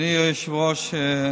אדוני היושב-ראש,